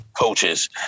coaches